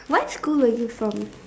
what school were you from